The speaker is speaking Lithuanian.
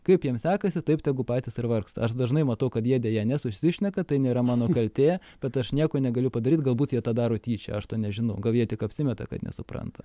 kaip jiem sekasi taip tegu patys ir vargsta aš dažnai matau kad jie deja nesusišneka tai nėra mano kaltė bet aš nieko negaliu padaryt galbūt jie tą daro tyčia aš to nežinau gal jie tik apsimeta kad nesupranta